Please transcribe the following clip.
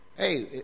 Hey